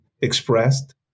expressed